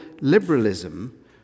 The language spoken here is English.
liberalism